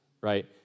right